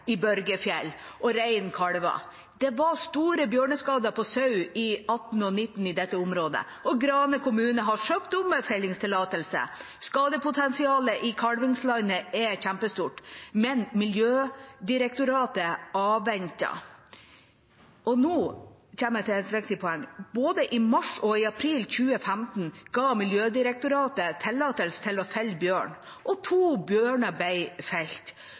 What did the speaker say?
i Børgefjell, og reinen kalver. Det var store bjørneskader på sau i 2018 og 2019 i dette området, og Grane kommune har søkt om fellingstillatelse. Skadepotensialet i kalvingslandet er kjempestort, men Miljødirektoratet avventer. Og nå kommer jeg til et viktig poeng: Både i mars og april 2015 ga Miljødirektoratet tillatelse til å felle bjørn, og to bjørner ble felt.